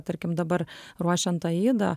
tarkim dabar ruošiant aidą